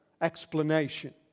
explanation